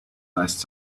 last